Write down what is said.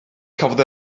cafodd